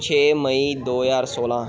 ਛੇ ਮਈ ਦੋ ਹਜ਼ਾਰ ਸੌਲ੍ਹਾਂ